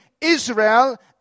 Israel